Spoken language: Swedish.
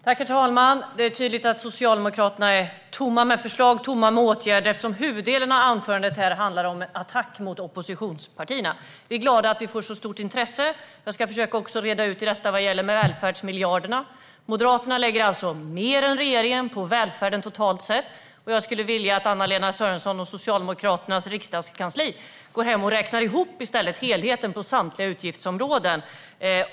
Herr talman! Det är tydligt att Socialdemokraterna är tomma på förslag och tomma på åtgärder - huvuddelen av anförandet nyss handlade ju om attack mot oppositionspartierna. Vi är dock glada att vi får så stort intresse. Jag ska försöka att reda ut detta med välfärdsmiljarderna. Moderaterna lägger alltså mer än regeringen på välfärden, totalt sett. Jag skulle vilja att Anna-Lena Sörenson och Socialdemokraternas riksdagskansli går hem och räknar ihop helheten för samtliga utgiftsområden.